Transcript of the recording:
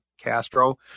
Castro